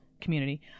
community